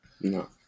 No